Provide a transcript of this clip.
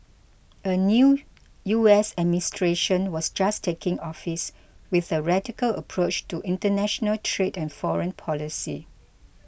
a new U S administration was just taking office with a radical approach to international trade and foreign policy